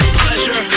pleasure